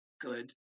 good